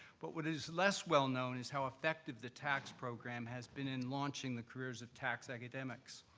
but what is less well-known is how effective the tax program has been in launching the careers of tax academics.